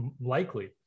Likely